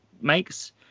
makes